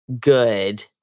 good